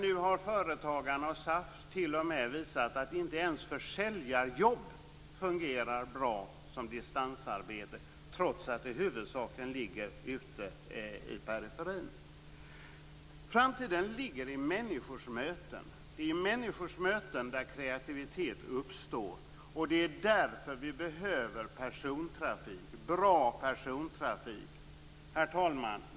Nu har företagarna och SAF t.o.m. visat att inte ens försäljarjobb fungerar bra som distansarbete trots att de huvudsakligen ligger i periferin. Framtiden ligger i stället i människors möten. Det är i människors möten som kreativitet uppstår. Därför behöver vi en bra persontrafik. Herr talman!